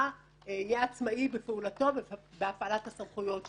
יהיה עצמאי בפעולתו ובהפעלת הסמכויות שלו.